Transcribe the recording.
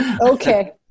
okay